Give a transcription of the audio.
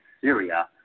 Syria